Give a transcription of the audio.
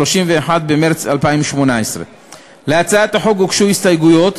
31 במרס 2018. להצעת החוק הוגשו הסתייגויות.